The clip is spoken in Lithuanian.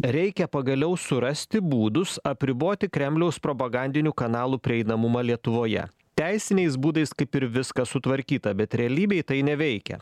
reikia pagaliau surasti būdus apriboti kremliaus propagandinių kanalų prieinamumą lietuvoje teisiniais būdais kaip ir viskas sutvarkyta bet realybėj tai neveikia